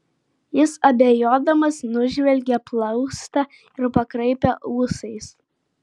jis abejodamas nužvelgė plaustą ir pakraipė ūsais